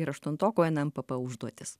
ir aštuntokų nmpp užduotis